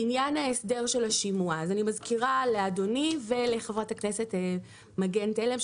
לעניין ההסדר של השימוע: אני מזכירה לאדוני ולחברת הכנסת מגן תלם,